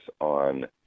on